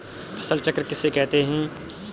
फसल चक्र किसे कहते हैं?